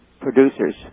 producers